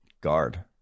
guard